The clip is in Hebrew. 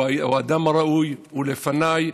הוא האדם הראוי, הוא לפניי.